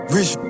Rich